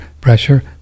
pressure